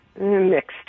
Mixed